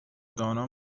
دانا